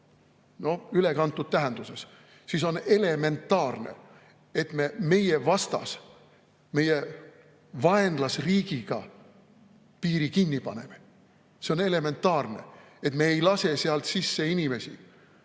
ülekantud tähenduses, siis on elementaarne, et me oma vaenlasriigi suhtes piiri kinni paneme. See on elementaarne, et me ei lase sealt sisse inimesi